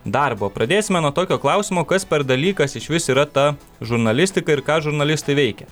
darbą o pradėsime nuo tokio klausimo kas per dalykas išvis yra ta žurnalistika ir ką žurnalistai veikia